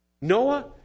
Noah